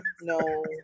no